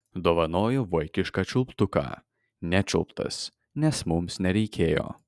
dovanoju vaikišką čiulptuką nečiulptas nes mums nereikėjo